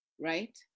right